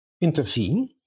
intervene